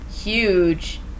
huge